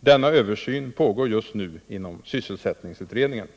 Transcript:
Denna översyn pågår just nu inom sysselsättningsutredningen.